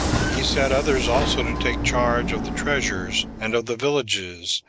he set others also to take charge of the treasures, and of the villages,